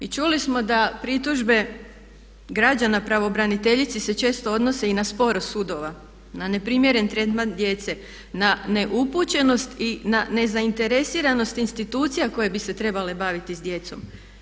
I čuli smo da pritužbe građana pravobraniteljici se često odnose i na sporost sudova, na neprimjeren tretman djece, na neupućenost i na nezainteresiranost institucija koje bi se trebale baviti s djecom.